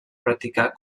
practicar